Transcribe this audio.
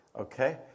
Okay